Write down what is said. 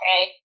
okay